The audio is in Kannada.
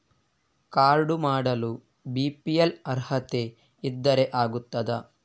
ಕಾರ್ಡು ಮಾಡಲು ಬಿ.ಪಿ.ಎಲ್ ಅರ್ಹತೆ ಇದ್ದರೆ ಆಗುತ್ತದ?